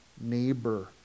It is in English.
neighbor